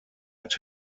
met